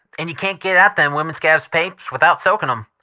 and yer can't get at them women's scab papes without soakin' them.